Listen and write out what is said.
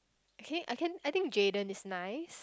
okay I can I think Jayden is nice